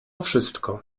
wszystko